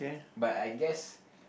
but I guess